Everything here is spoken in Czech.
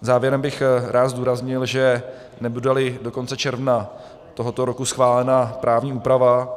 Závěrem bych rád zdůraznil, že nebudeli do konce června tohoto roku schválena právní úprava